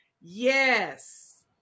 Yes